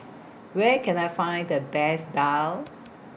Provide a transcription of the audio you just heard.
Where Can I Find The Best Daal